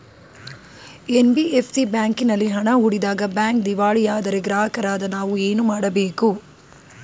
NBFC ಬ್ಯಾಂಕಿನಲ್ಲಿ ಹಣ ಹೂಡಿದಾಗ ಬ್ಯಾಂಕ್ ದಿವಾಳಿಯಾದರೆ ಗ್ರಾಹಕರಾದ ನಾವು ಏನು ಮಾಡಬೇಕು?